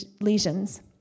lesions